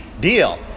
deal